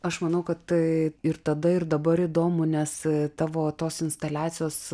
aš manau kad tai ir tada ir dabar įdomu nes tavo tos instaliacijos